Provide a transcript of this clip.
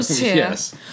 Yes